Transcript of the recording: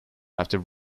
after